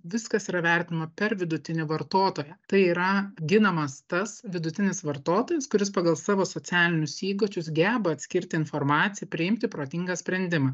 viskas yra vertinama per vidutinį vartotoją tai yra ginamas tas vidutinis vartotojas kuris pagal savo socialinius įgūdžius geba atskirti informaciją priimti protingą sprendimą